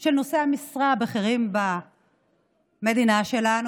של נושאי המשרה הבכירים במדינה שלנו,